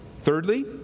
Thirdly